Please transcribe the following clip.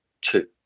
two